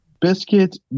biscuit